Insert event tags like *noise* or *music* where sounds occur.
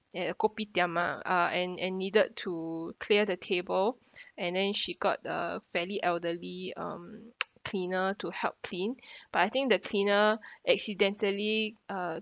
at a kopitiam ah uh and and needed to clear the table *breath* and then she got a fairly elderly um *noise* cleaner to help clean *breath* but I think the cleaner *breath* accidentally uh